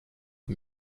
aux